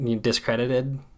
discredited